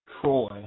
Troy